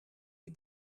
die